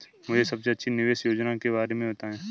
मुझे सबसे अच्छी निवेश योजना के बारे में बताएँ?